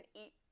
eat